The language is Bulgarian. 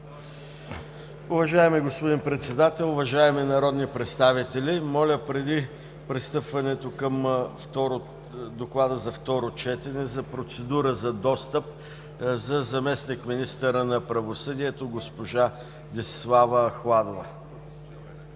Уважаеми господин Председател, уважаеми народни представители! Моля, преди пристъпването към доклада за второ четене, за процедура за достъп на заместник-министъра на правосъдието госпожа Десислава Ахладова.